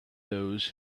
those